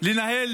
לנהל